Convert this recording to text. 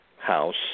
house